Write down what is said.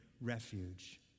refuge